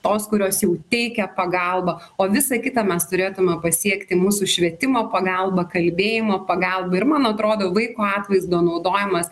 tos kurios jau teikia pagalbą o visą kitą mes turėtume pasiekti mūsų švietimo pagalba kalbėjimo pagalba ir man atrodo vaiko atvaizdo naudojimas